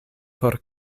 por